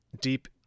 deep